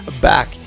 back